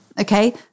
Okay